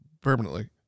permanently